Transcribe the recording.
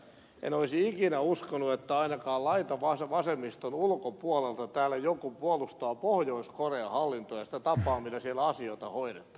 en olisi ikinä uskonut että ainakaan laitavasemmiston ulkopuolelta täällä joku puolustaa pohjois korean hallintoa ja sitä tapaa millä siellä asioita hoidetaan